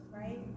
right